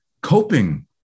coping